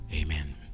amen